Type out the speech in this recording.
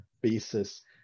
basis